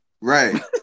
right